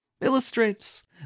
illustrates